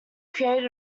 created